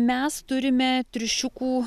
mes turime triušiukų